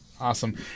Awesome